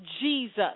Jesus